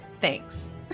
thanks